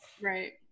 right